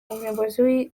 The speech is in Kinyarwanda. umuyobozi